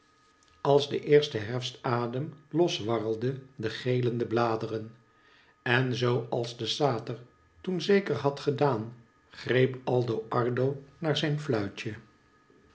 als de eerste herfstadem loswarrelde de gelende bladeren en zoo als de sater toen zeker had gedaan greep aldo ardo naar zijnfluitje